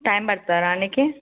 time పడుతుందా రానీకీ